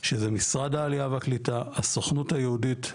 שזה משרד העלייה והקליטה, הסוכנות היהודית,